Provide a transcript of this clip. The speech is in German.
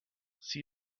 sie